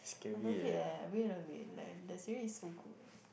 I love it eh I really love it like that series is so good